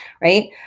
Right